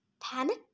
Panic